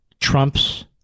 Trump's